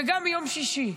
וזה גם יום שישי.